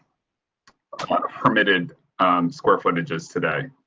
kind of permitted square funding just today.